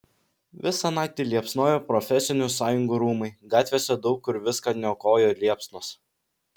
visą naktį liepsnojo profesinių sąjungų rūmai gatvėse daug kur viską niokoja liepsnos